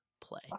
play